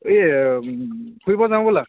এই ফুৰিব যাওঁ ব'লা